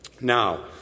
Now